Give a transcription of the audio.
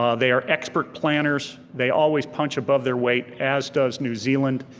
ah they are expert planners, they always punch above their weight, as does new zealand.